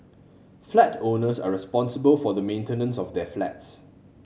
flat owners are responsible for the maintenance of their flats